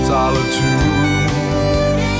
Solitude